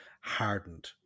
hardened